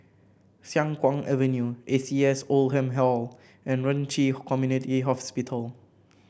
Siang Kuang Avenue A C S Oldham Hall and Ren Ci Community Hospital